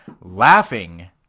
laughing